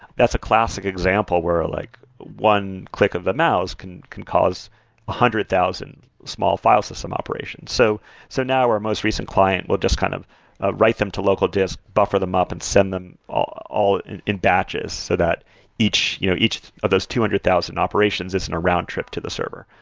that's a classic example where like one click of the mouse can can cause a one hundred thousand small file system operation so so now our most recently client will just kind of ah write them to local disk, buffer them up and send them all all in batches, so that each you know each of those two hundred thousand operations is in a roundtrip to the server.